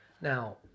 Now